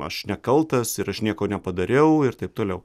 aš nekaltas ir aš nieko nepadariau ir taip toliau